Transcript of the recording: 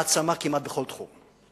היא מעצמה כמעט בכל תחום,